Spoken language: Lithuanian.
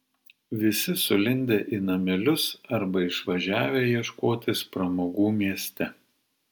visi sulindę į namelius arba išvažiavę ieškotis pramogų mieste